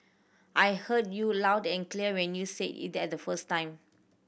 I heard you loud and clear when you said it the first time